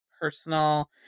personal